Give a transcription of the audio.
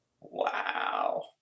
Wow